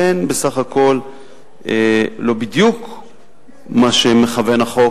שהן בסך הכול לא בדיוק מה שמכוון החוק,